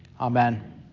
amen